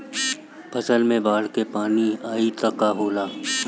फसल मे बाढ़ के पानी आई त का होला?